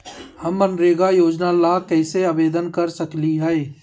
हम मनरेगा योजना ला कैसे आवेदन कर सकली हई?